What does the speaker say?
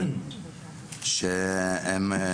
גם כשיש מעצרים אחר כך משחררים אותם,